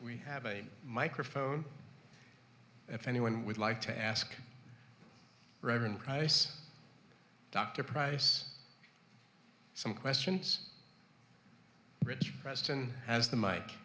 we have a microphone if anyone would like to ask reverend price dr price some questions preston as the mike